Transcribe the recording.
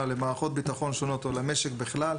למערכות ביטחון שונות או למשק בכלל,